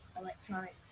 electronics